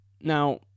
Now